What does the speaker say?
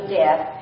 death